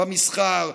במסחר,